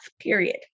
period